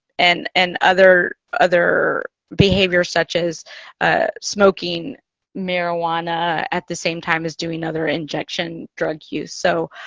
and, and other, other behavior such as smoking marijuana at the same time as doing other injection drug use. so